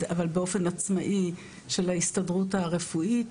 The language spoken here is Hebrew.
אבל באופן עצמאי של ההסתדרות הרפואית.